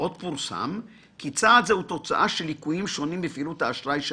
פורסם שצעד זה הוא תוצאה של ליקויים שונים בפעילות האשראי של